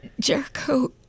Jericho